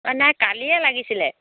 অঁ নাই কালিয়ে লাগিছিলে